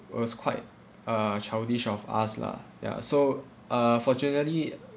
it was quite uh childish of us lah ya so uh fortunately